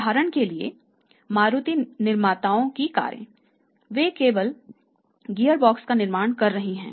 उदाहरण के लिए मारुति निर्माताओं की कारें वे केवल गियरबॉक्स का निर्माण कर रही हैं